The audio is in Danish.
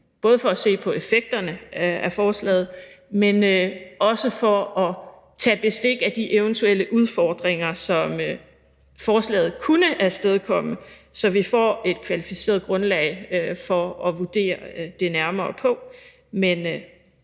både for at se på effekterne af forslaget, men også for at tage bestik af de eventuelle udfordringer, som forslaget kunne afstedkomme, så vi får et kvalificeret grundlag at vurdere det nærmere på.